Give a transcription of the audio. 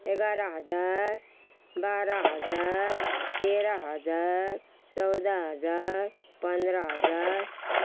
एघार हजार बाह्र हजार तेह्र हजार चौध हजार पन्ध्र हजार